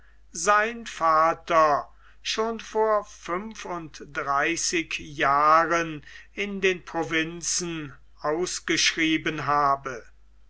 sein vater schon vor fünf und dreißig jahren in den provinzen ausgeschrieben habe